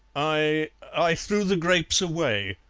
i i threw the grapes away.